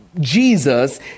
Jesus